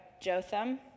Jotham